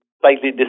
slightly